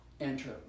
enter